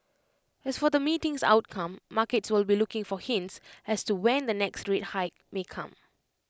as for the meeting's outcome markets will be looking for hints as to when the next rate hike may come